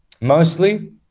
Mostly